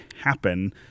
happen